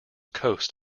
coast